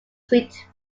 sweet